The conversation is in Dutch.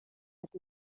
het